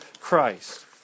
Christ